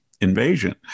invasion